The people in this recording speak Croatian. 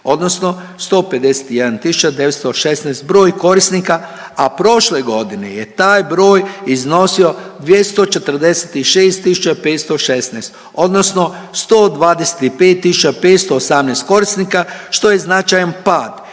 odnosno 151.916 broj korisnika, a prošle godine je taj broj iznosio 246.516 odnosno 125.518 korisnika što je značajan pod